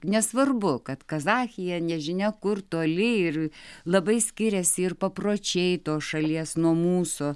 nesvarbu kad kazachija nežinia kur toli ir labai skiriasi ir papročiai tos šalies nuo mūsų